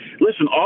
listen